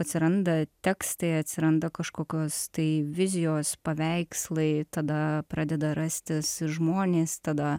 atsiranda tekstai atsiranda kažkokios tai vizijos paveikslai tada pradeda rastis žmonės tada